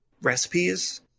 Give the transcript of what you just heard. recipes